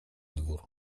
dwór